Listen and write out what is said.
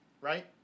right